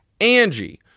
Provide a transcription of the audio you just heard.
Angie